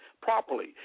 properly